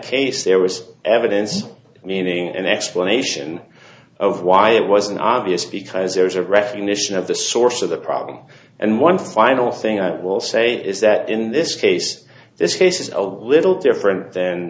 case there was evidence meaning an explanation of why it wasn't obvious because there's a recognition of the source of the problem and one final thing i will say is that in this case this case is a little different th